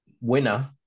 winner